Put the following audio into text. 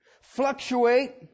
fluctuate